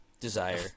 desire